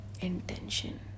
Intention